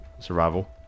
survival